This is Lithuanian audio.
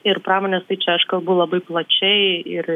ir pramonės tai čia aš kalbu labai plačiai ir